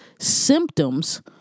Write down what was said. symptoms